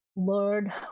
Lord